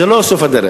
זה לא סוף הדרך.